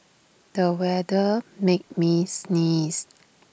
the weather made me sneeze